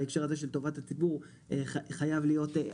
בהקשר הזה של טובת הציבור חייב להיות,